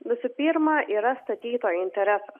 visų pirma yra statytojo interesas